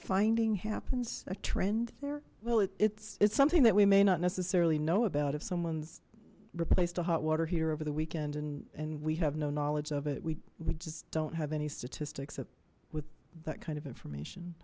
finding happens a trend there well it's it's something that we may not necessarily know about if someone's replaced a hot water heater over the weekend and and we have no knowledge of it we just don't have any statistics that with that kind of information